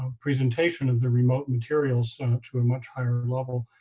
ah presentation of the remote materials to a much higher level.